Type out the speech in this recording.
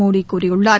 மோடி கூறியுள்ளார்